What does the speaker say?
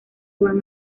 van